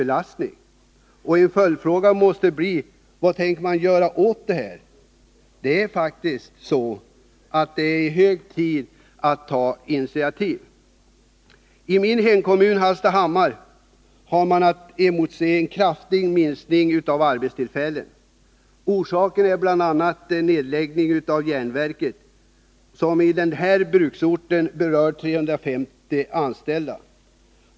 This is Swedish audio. Nr 118 En följdfråga måste bli: Vad tänker man göra åt detta? Det är faktiskt hög Fredagen den tid att ta initiativ. 10 april 1981 I min hemkommun — Hallstahammar — har man att emotse en kraftig minskning av arbetstillfällena. Orsaken är bl.a. nedläggning av järnverket, som i denna bruksort berör 350 anställda.